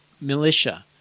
militia